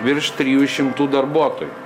virš trijų šimtų darbuotojų